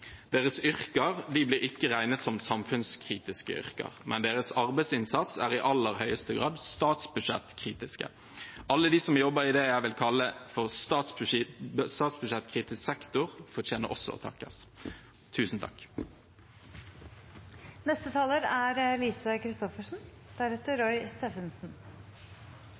samfunnskritiske yrker, men deres arbeidsinnsats er i aller høyeste grad statsbudsjettkritiske. Alle de som jobber i det jeg vil kalle statsbudsjettkritisk sektor, fortjener også å takkes. Tusen takk! «I et halvt år har koronaviruset preget vår hverdag.» Slik åpner høyreregjeringa årets trontale. Det de ikke sier mye om, er